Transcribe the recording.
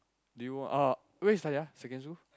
do you oh where you study ah secondary school